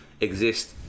exist